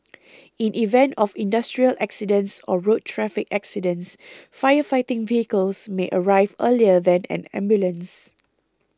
in event of industrial accidents or road traffic accidents fire fighting vehicles may arrive earlier than an ambulance